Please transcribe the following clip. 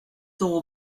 dugu